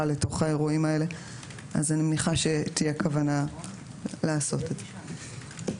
לאירועים כאלה אז אני מניחה שתהיה כוונה לעשות את זה.